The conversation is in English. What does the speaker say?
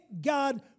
God